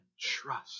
trust